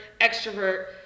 extrovert